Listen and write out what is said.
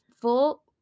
full